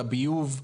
לביוב?